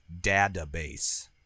database